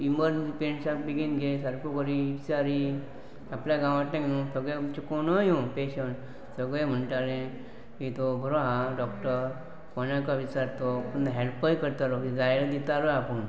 emergency पेशंटान बेगीन घे सारको बरी विचारी आपल्या गांवांतू सगळेंचे कोणूय येवू पेशंट सगळें म्हणटाले की तो बरो आसा डॉक्टर कोनाको विचार तो हेल्पय करतालो जाय तें दितालो आपूण